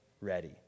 ready